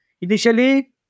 initially